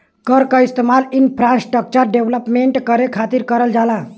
कर क इस्तेमाल इंफ्रास्ट्रक्चर डेवलपमेंट करे खातिर करल जाला